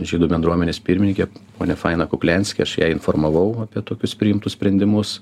žydų bendruomenės pirminike ponia faina kuklianski aš ją informavau apie tokius priimtus sprendimus